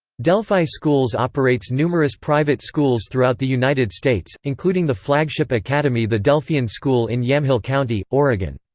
delphi schools operates numerous private schools throughout the united states, including the flagship academy the delphian school in yamhill county, oregon.